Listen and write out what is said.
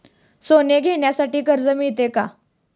सोने घेण्यासाठी कर्ज मिळते का?